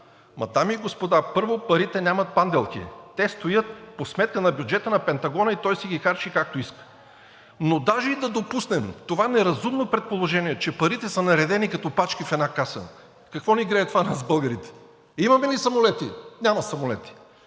там. Дами и господа, първо, парите нямат панделки. Те стоят по сметка на бюджета на Пентагона и той си ги харчи както иска. Но даже и да допуснем това неразумно предположение, че парите са наредени като пачки в една каса, какво ни грее това нас, българите? Имаме ли самолети? Няма самолети.